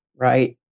Right